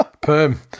Perm